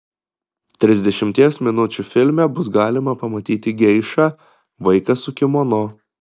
trisdešimties minučių filme bus galima pamatyti geišą vaiką su kimono